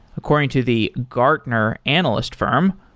according to the gartner analyst firm,